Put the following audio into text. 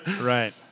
Right